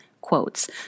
quotes